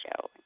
show